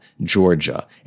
Georgia